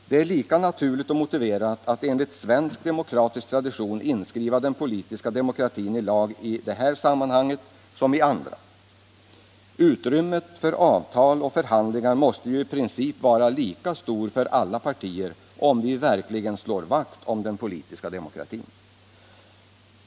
Det är lika naturligt och motiverat att enligt svensk demokratisk tradition inskriva den politiska demokratin i lag i detta sammanhang som i andra. Utrymmet för avtal och förhandlingar måste ju i princip vara lika stort för alla partier om vi verkligen slår vakt om den pol ska demokratin.